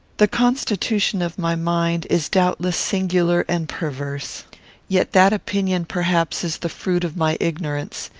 the constitution of my mind is doubtless singular and perverse yet that opinion, perhaps, is the fruit of my ignorance.